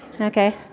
okay